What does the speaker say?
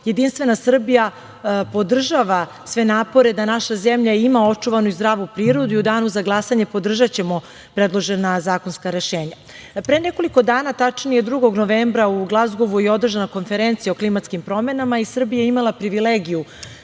Jedinstvena Srbija podržava sve napore da naša zemlja ima očuvanu i zdravu prirodu i u danu za glasanje podržaćemo predložena zakonska rešenja. Pre nekoliko dana, tačnije 2. novembra, u Glazgovu je održana konferencija o klimatskim promenama i Srbija je imala privilegiju